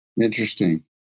Interesting